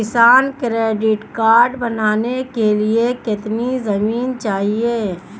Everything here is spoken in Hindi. किसान क्रेडिट कार्ड बनाने के लिए कितनी जमीन चाहिए?